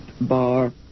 bar